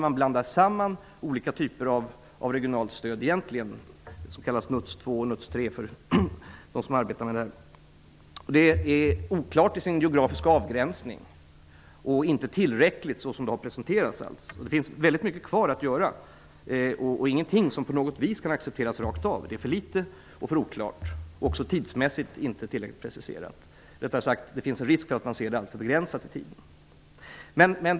Man blandar samman olika typer av regionalt stöd -- det som kallas NUTS 2 och NUTS 3, för dem som arbetar med detta. Det är också oklart till sin geografiska avgränsning. Det är, såsom det har presenterats, inte tillräckligt. Det finns väldigt mycket kvar att göra, och det är ingenting som på något vis kan accepteras rakt av. Det är för litet, det är för oklart och det är även tidmässigt inte tillräckligt preciserat. Rättare sagt: Det finns en risk för att man ser det allför begränsat i tiden.